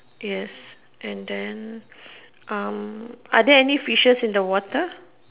yes and then um are there any fishes in the water